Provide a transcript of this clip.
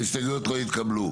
ההסתייגויות לא התקבלו.